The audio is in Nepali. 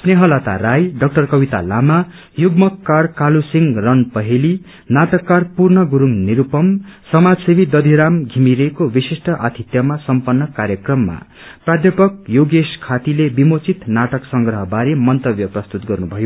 स्नेहतला राई डा कविता लामा युम्मककार कालुसिंह रनपहेली नाटककार पूर्ण गुरुङ निस्पम समाजसेवी दर्षिराम थिमिरेको विशिष्ट आतिध्यमा सम्पन्न कार्यक्रममा प्रध्यापक योगेश खातीले विर्मोधित नाटक संग्रहबारे मन्तव्य प्रस्तुत गर्नुभयो